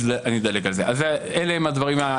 אלה הם הדברים.